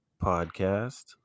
podcast